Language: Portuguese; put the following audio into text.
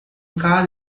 cara